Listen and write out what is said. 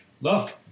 look